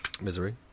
Misery